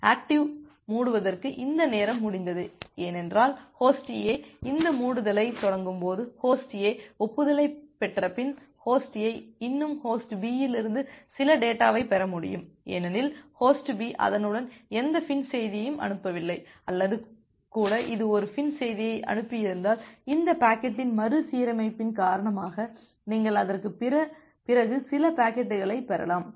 active மூடுவதற்கு இந்த நேரம் முடிந்தது ஏனென்றால் ஹோஸ்ட் A இந்த மூடுதலைத் தொடங்கும்போது ஹோஸ்ட் A ஒப்புதலைப் பெற்றபின் ஹோஸ்ட் A இன்னும் ஹோஸ்ட் B இலிருந்து சில டேட்டாவைப் பெற முடியும் ஏனெனில் ஹோஸ்ட் B அதனுடன் எந்த FIN செய்தியையும் அனுப்பவில்லை அல்லது கூட இது ஒரு FIN செய்தியை அனுப்பியிருந்தால் இந்த பாக்கெட்டின் மறுசீரமைப்பின் காரணமாக நீங்கள் அதற்குப் பிறகு சில பாக்கெட்டுகளைப் பெறலாம்